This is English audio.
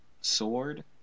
Sword